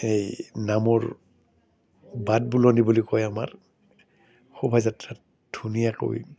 এই নামৰ বাট বুলনি বুলি কয় আমাৰ শোভাযাত্ৰাত ধুনীয়াকৈ